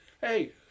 hey